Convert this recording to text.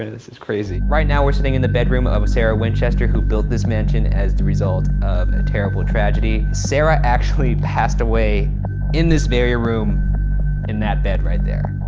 and this is crazy. right now, we're sitting in the bedroom of sarah winchester who built this mansion as the result of a terrible tragedy. sarah actually passed away in this very room in that bed right there.